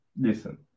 listen